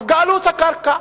אז גאלו את הקרקע,